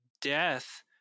death